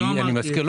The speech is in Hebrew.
אני לא אמרתי את זה.